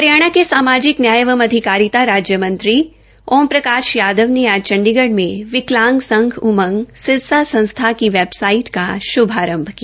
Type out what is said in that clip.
हरियाणा क सामाजिक न्याय एवं अधिकारिता राज्य मंत्री ओम प्रकाश यादव ने आज चंडीगढ़ में विकलांग संघ सिरसा संस्था की वेबसाइट का शुभारंभ किया